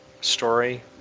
story